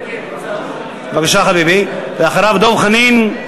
בבקשה, חביבי, ואחריו, דב חנין.